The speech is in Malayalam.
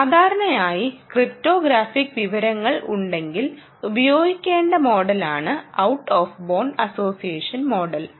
സാധാരണയായി ക്രിപ്റ്റോഗ്രാഫിക് വിവരങ്ങൾ ഉണ്ടെങ്കിൽ ഉപയോഗിക്കേണ്ട മോഡലാണ് out of band association model